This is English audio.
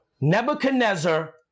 Nebuchadnezzar